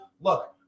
look